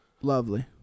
lovely